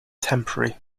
temporary